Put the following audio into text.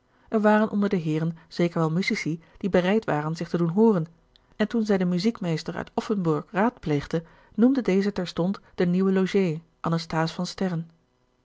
er waren onder de heeren zeker wel musici die bereid waren zich te doen hooren en toen zij den muziekmeesster uit offenburg raadpleegde noemde deze terstond den nieuwen logé anasthase van sterren